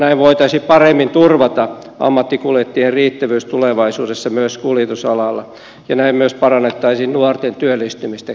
näin voitaisiin paremmin turvata ammattikuljettajien riittävyys tulevaisuudessa myös kuljetusalalla ja näin myös parannettaisiin nuorten työllistymistä